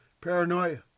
Paranoia